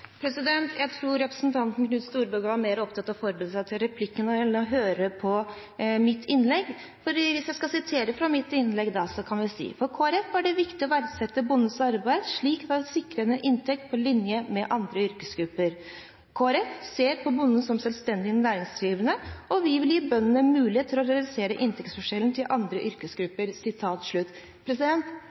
Jeg tror representanten Knut Storberget var mer opptatt av å forberede seg til replikken enn til å høre på mitt innlegg. For hvis jeg skal sitere fra mitt innlegg, kan jeg si: «For Kristelig Folkeparti er det viktig å verdsette bondens arbeid, slik at de sikres en inntekt på linje med andre yrkesgrupper. Kristelig Folkeparti ser på bonden som selvstendig næringsdrivende. Vi vil gi bønder mulighet til å redusere inntektsforskjellen til andre yrkesgrupper.»